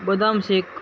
बदाम शेक